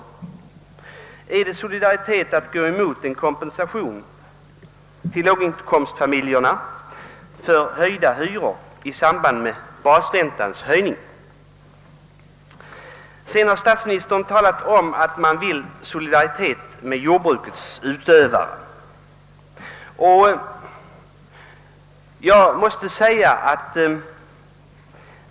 Är det solidaritet att gå emot en kompensation till låginkomstfamiljerna för höjda hyror i samband med basräntans höjning? Vidare har statsministern talat om att man vill visa solidaritet mot jordbrukets utövare.